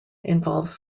involves